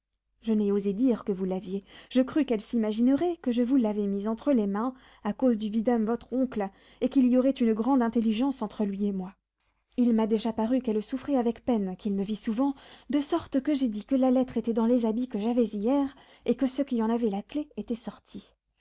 je n'ai osé dire que vous l'aviez je crus qu'elle s'imaginerait que je vous l'avais mise entre les mains à cause du vidame votre oncle et qu'il y aurait une grande intelligence entre lui et moi il m'a déjà paru qu'elle souffrait avec peine qu'il me vît souvent de sorte que j'ai dit que la lettre était dans les habits que j'avais hier et que ceux qui en avaient la clef étaient sortis